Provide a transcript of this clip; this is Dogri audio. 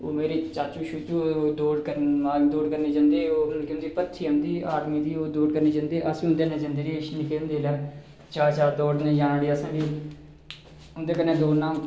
मेरे चाचू शाचू होर ओह् दौड करने गी जंदे हे जेहकी भर्ती औंदी ही आर्मी दी ओह् दौड़ करने गी जंदे हे अस बी उंदे कन्नै जंदेे हे चाऽ चाऽ च दौड़ने च जाना असें बी उं'दे कन्नै दौड़ना